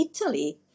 Italy